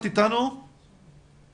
נמצא אתנו אלי כהן מפתחון